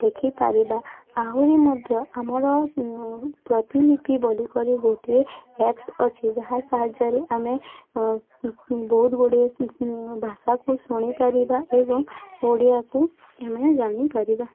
ଲେଖି ପାରିବା ଆହୁରି ମଧ୍ୟ ଆମର ପ୍ରତିଲିପି ଗୁଡ଼ିକରେ ଗୋଟିଏ ଆପ୍ସ୍ ଅଛି ଯାହା ସାହାଯ୍ୟରେ ଆମେ ବହୁତ ଗୁଡ଼ିଏ ଭାଷାକୁ ଶୁଣିପାରିବା ଏବଂ ଓଡ଼ିଆକୁ ଆମେମାନେ ଜାଣିପାରିବା